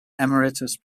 emeritus